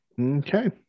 Okay